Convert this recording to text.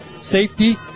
safety